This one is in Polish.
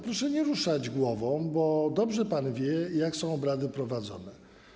Proszę nie ruszać głową, bo dobrze pan wie, jak są obrady prowadzone.